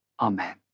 Amen